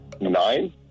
Nine